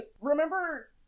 remember